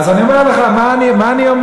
אז אני אומר לך מה אני אומר.